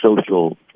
social